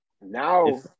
now